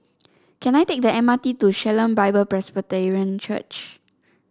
can I take the M R T to Shalom Bible Presbyterian Church